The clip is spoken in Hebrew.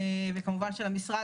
וכמובן של המשרד,